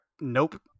Nope